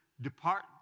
depart